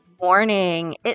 morning